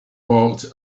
walked